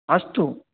अस्तु